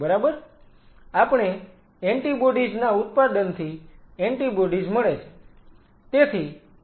બરાબર આપણે એન્ટિબોડીઝ ના ઉત્પાદનથી એન્ટિબોડીઝ મળે છે